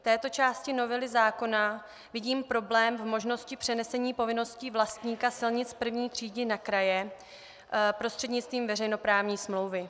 V této části novely zákona vidím problém v možnosti přenesení povinností vlastníka silnic I. třídy na kraje prostřednictvím veřejnoprávní smlouvy.